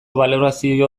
balorazio